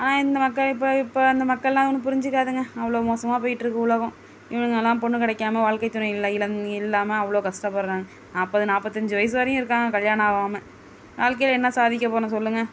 ஆனால் இந்த மக்க இப்போ இப்போ அந்த மக்கள்லாம் ஒன்றும் புரிஞ்சுக்காதுங்க அவ்வளோ மோசமாக போயிட்டிருக்கு உலகம் இவனுங்கலாம் பொண்ணு கெடைக்காம வாழ்க்கை துணைகள் இல்லாமல் அவ்வளோ கஷ்டப்படுகிறாங்க நாற்பது நாற்பத்தி அஞ்சு வயசு வரையும் இருக்காங்க கல்யாணம் ஆகாமல் வாழ்க்கையில் என்ன சாதிக்க போகிறோம் சொல்லுங்கள்